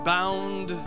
Bound